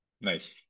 Nice